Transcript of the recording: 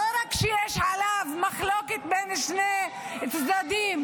לא רק שיש עליו מחלוקת בין שני צדדים